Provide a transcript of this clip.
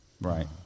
Right